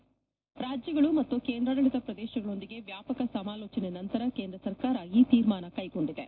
ರಾಜ್ಯಗಳು ಮತ್ತು ಕೇಂದ್ರಾಡಳಿತ ಪ್ರದೇಶಗಳೊಂದಿಗೆ ವ್ಯಾಪಕ ಸಮಾಲೋಚನೆಯ ನಂತರ ಕೇಂದ್ರ ಸರ್ಕಾರ ಈ ಶೀರ್ಮಾನ ತೆಗೆದುಕೊಂಡಿದೆ